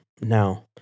now